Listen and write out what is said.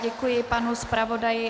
Děkuji panu zpravodaji.